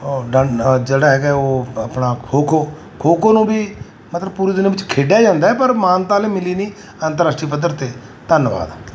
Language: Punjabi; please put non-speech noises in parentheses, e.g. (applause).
(unintelligible) ਜਿਹੜਾ ਹੈਗਾ ਉਹ ਆਪਣਾ ਖੋ ਖੋ ਖੋ ਖੋ ਨੂੰ ਵੀ ਮਤਲਬ ਪੂਰੀ ਦੁਨੀਆਂ ਵਿੱਚ ਖੇਡਿਆ ਜਾਂਦਾ ਪਰ ਮਾਨਤਾ ਹਲੇ ਮਿਲੀ ਨਹੀਂ ਅੰਤਰਰਾਸ਼ਟਰੀ ਪੱਧਰ 'ਤੇ ਧੰਨਵਾਦ